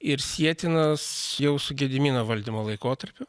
ir sietinas jau su gedimino valdymo laikotarpiu